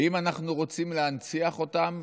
ואם אנחנו רוצים להנציח אותם,